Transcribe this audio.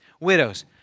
widows